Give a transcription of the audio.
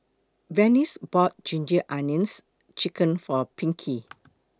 Venice bought Ginger Onions Chicken For Pinkie